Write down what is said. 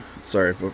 sorry